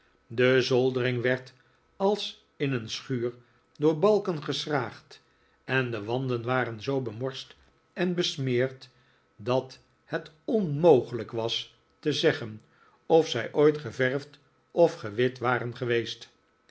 de zoldering werd als in een schuur door balken geschraagd en de wanden waren zoo bemorst en besmeerd dat het onmogelijk was te zeggen of zij ooit geverfd of gewit waxen geweest